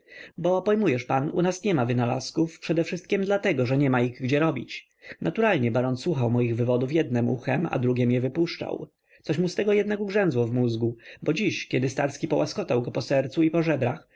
bo pojmujesz pan u nas niema wynalazków przedewszystkiem dlatego że niema ich gdzie robić naturalnie baron słuchał moich wywodów jednem uchem a drugiem je wypuszczał coś mu z tego jednak ugrzęzło w mózgu bo dziś kiedy starski połaskotał go po sercu i po żebrach